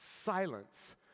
Silence